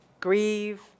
grieve